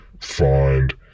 find